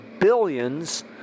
billions